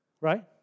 Right